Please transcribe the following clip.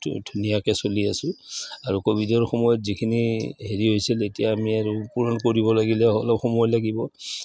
ধুনীয়াকে চলি আছোঁ আৰু ক'ভিডৰ সময়ত যিখিনি হেৰি হৈছিল এতিয়া আমি আৰু পূৰণ কৰিব লাগিলে অলপ সময় লাগিব